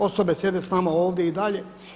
Osobe sjede sa nama ovdje i dalje.